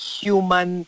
human